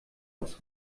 aufs